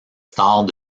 stars